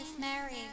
Mary